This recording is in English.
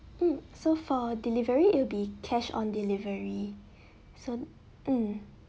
hmm so for delivery it'll be cash on delivery so hmm